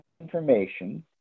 information